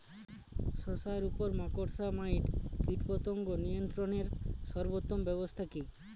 শশার উপর মাকড়সা মাইট কীটপতঙ্গ নিয়ন্ত্রণের সর্বোত্তম ব্যবস্থা কি?